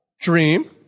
dream